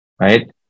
right